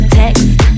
text